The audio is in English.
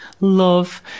Love